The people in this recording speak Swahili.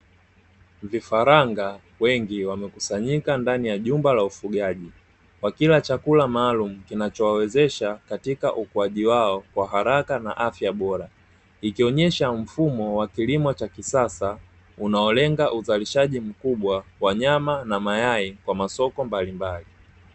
Vifaranga wengi wamekusanyika ndani ya jumba la ufugaji. Wakila chakula maalumu kinachowawezesha katika ukuaji wao kwa haraka na afya bora. Ikionyesha mfumo wa kilimo cha kisasa unaolenga uzalishaji mkubwa wa nyama na mayai kwa masoko mbalimbali.